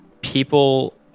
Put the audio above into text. people